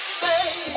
say